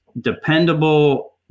dependable –